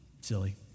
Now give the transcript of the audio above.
Silly